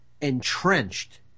Entrenched